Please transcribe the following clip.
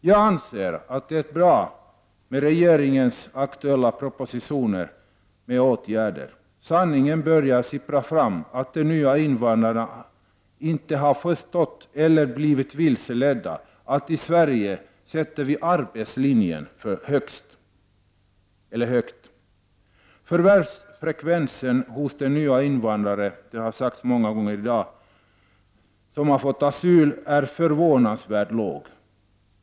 Jag anser att det är bra med regeringens aktuella propositioner med förslag till åtgärder. Sanningen börjar sippra fram, nämligen att de nya invandrarna inte har förstått — eller har blivit vilseledda — att vi i Sverige sätter arbetslinjen högt. Förvärvsfrekvensen hos de nya invandrare som har fått asyl är förvånansvärt låg. Det har sagts tidigare i dag.